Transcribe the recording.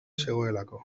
zegoelako